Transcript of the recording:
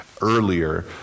earlier